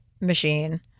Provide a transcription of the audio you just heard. machine